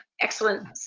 excellent